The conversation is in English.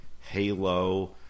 Halo